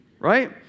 Right